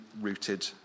rooted